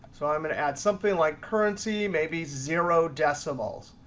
so i'm going to add something like currency, maybe zero decimals.